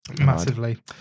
massively